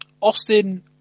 Austin